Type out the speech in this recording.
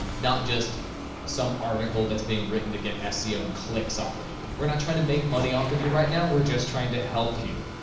not just some article that's being written to get seo and clicks off of you. we're not tryin' to make money off of you right now. we're just trying to help you.